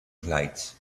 lights